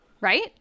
right